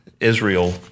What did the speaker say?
Israel